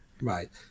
right